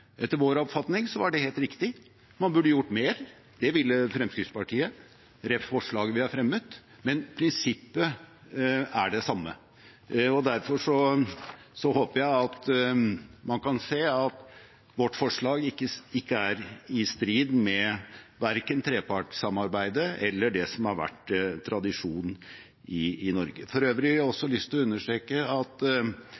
Etter vår oppfatning var det helt riktig, og man burde gjort mer. Det ville Fremskrittspartiet, ref. forslaget vi har fremmet, men prinsippet er det samme. Derfor håper jeg at man kan se at vårt forslag ikke er i strid med verken trepartssamarbeidet eller det som har vært tradisjon i Norge. For øvrig har jeg